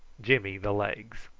jimmy the legs.